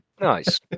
Nice